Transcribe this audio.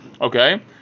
Okay